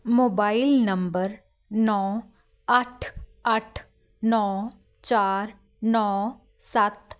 mobile number ਨੌ ਅੱਠ ਅੱਠ ਨੌ ਚਾਰ ਨੌ ਸੱਤ